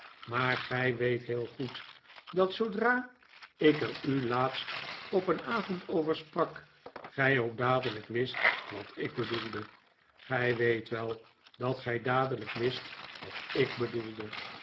maar gij weet heel goed dat zoodra ik er u laatst op een avond over sprak gij ook dadelijk wist wat ik bedoelde gij weet wel dat gij dadelijk wist wat ik bedoelde